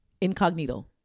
incognito